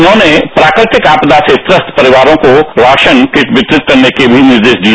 उन्होंने प्राकृतिक आपदा से त्रस्त परिवारों को राशन किट वितरित करने के भी निर्देश दिए